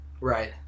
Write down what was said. Right